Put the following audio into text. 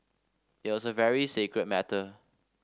it was a very sacred matter